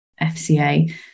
FCA